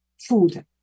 food